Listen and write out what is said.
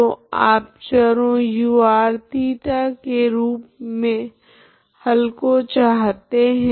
तो आप चरों ur θ के रूप मे हल को चाहते है